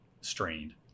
strained